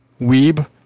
weeb